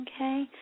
okay